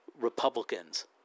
Republicans